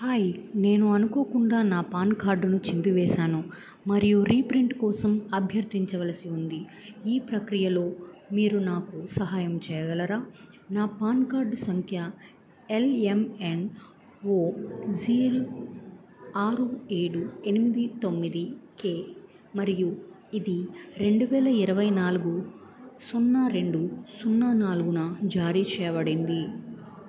hi నేను అనుకోకుండా నా పాన్ కార్డును చింపివేశాను మరియు రీప్రింట్ కోసం అభ్యర్థించవలసి ఉంది ఈ ప్రక్రియలో మీరు నాకు సహాయం చేయగలరా నా పాన్ కార్డ్ సంఖ్య L M N O G ఆరు ఏడు ఎనిమిది తొమ్మిది కే మరియు ఇది రెండు వేల ఇరవై నాలుగు సున్నా రెండు సున్నా నాలుగున జారీ చేయబడింది